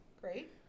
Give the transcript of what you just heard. Great